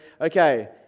Okay